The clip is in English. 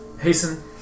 Hasten